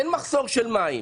אין מחסור של מים.